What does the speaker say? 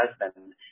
husband